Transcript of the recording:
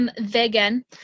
vegan